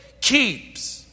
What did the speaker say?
keeps